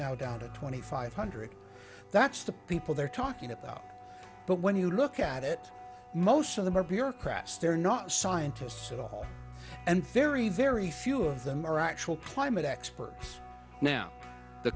now down to twenty five hundred that's the people they're talking about but when you look at it most of them are bureaucrats they're not scientists at all and very very few of them are actual climate experts now the